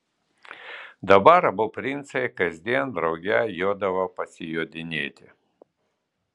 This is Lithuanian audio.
dabar abu princai kasdien drauge jodavo pasijodinėti